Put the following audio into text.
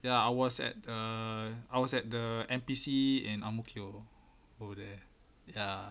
ya I was at err I was at the N_P_C and ang mo kio over there ya